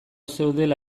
zeudela